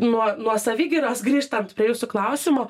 nuo nuo savigyros grįžtant prie jūsų klausimo